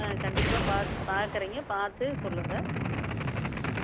ஆ கண்டிப்பாக பார்க்கறீங்க பார்த்து சொல்லுங்கள் ம்